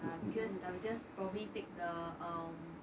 ya because I will just probably take the um